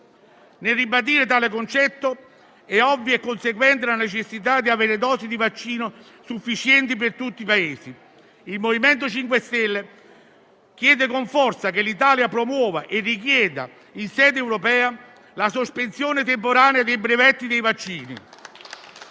Nel ribadire tale concetto è ovvia e conseguente la necessità di avere dosi di vaccino sufficienti per tutti i Paesi. Il MoVimento 5 Stelle chiede con forza che l'Italia promuova e richieda in sede europea la sospensione temporanea dei brevetti dei vaccini